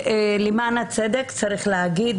למען הצדק צריך להגיד,